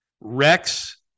Rex